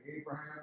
Abraham